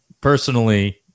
personally